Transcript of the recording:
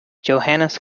johannes